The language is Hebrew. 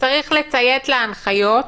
צריך לציית להנחיות,